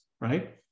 right